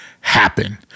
happen